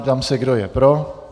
Ptám se, kdo je pro.